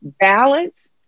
balance